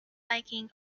biking